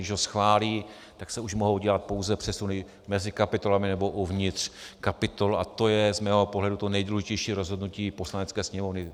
Když ho schválí, tak se už mohou dělat pouze přesuny mezi kapitolami nebo uvnitř kapitol a to je z mého pohledu to nejdůležitější rozhodnutí Poslanecké sněmovny.